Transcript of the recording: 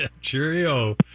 Cheerio